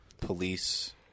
police